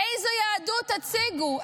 איזו יהדות תציגו?